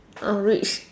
I'll reach